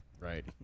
Right